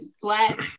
Flat